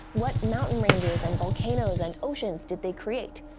what mountain ranges and volcanoes and oceans did they create?